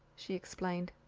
she explained.